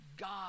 God